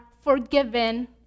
forgiven